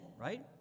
right